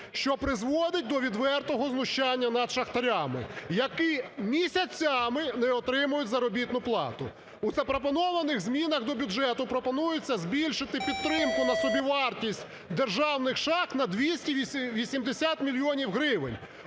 що призводить до відвертого знущання над шахтарями, які місяцями не отримують заробітну плану. У запропонованих змінах до бюджету пропонується збільшити підтримку на собівартість державних шахт на 280 мільйонів гривень.